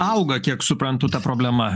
auga kiek suprantu ta problema